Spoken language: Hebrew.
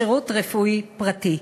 שירות רפואי פרטי.